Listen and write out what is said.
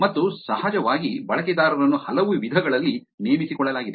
ಮತ್ತು ಸಹಜವಾಗಿ ಬಳಕೆದಾರರನ್ನು ಹಲವು ವಿಧಗಳಲ್ಲಿ ನೇಮಿಸಿಕೊಳ್ಳಲಾಗಿದೆ